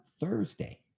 Thursday